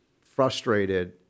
frustrated